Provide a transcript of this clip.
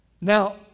Now